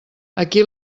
aquí